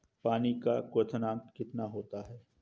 पानी का क्वथनांक कितना होता है?